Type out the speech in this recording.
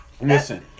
Listen